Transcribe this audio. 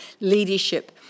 leadership